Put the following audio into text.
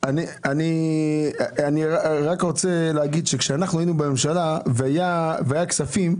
אני רוצה לומר שכאשר אנחנו היינו בממשלה והיו כספים,